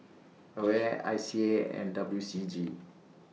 AWARE I C A and W C G